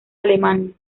alemania